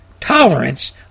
tolerance